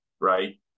right